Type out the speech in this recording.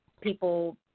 people